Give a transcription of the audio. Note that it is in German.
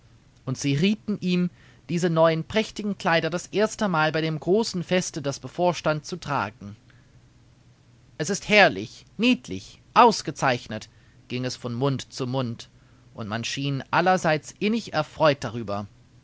und sie rieten ihm diese neuen prächtigen kleider das erste mal bei dem großen feste das bevorstand zu tragen es ist herrlich niedlich ausgezeichnet ging es von mund zu mund und man schien allerseits innig erfreut darüber